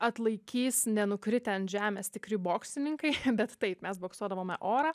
atlaikys nenukritę ant žemės tikri boksininkai bet taip mes boksuodavome orą